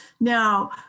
Now